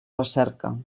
recerca